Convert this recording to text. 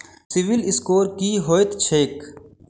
CIBIL score की होइत छैक?